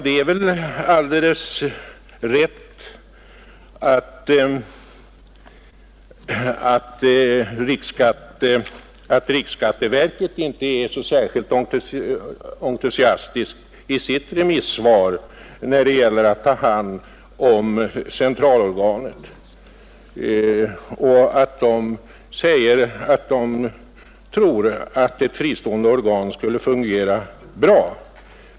Det är riktigt när det påstås att riksskatteverket inte är så särskilt entusiastiskt i sitt remissvar när det gäller att ta hand om centralorganet. Verket anser att ett fristående organ även i fortsättningen skulle fungera bra.